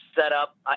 setup